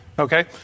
Okay